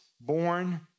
born